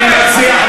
למה אתה לא מציע?